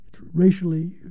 racially